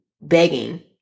begging